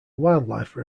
wildlife